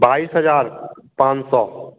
बाईस हज़ार पाँच सौ